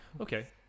Okay